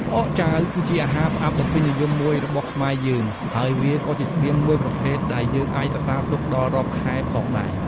ផ្អកចាវគឺជាអាហារផ្អាប់ដ៏ពេញនិយមមួយរបស់ខ្មែរយើង ហើយវាក៏ជាស្បៀងមួយប្រភេទដែលយើងអាចរក្សាទុកដល់រាប់ខែផងដែរ។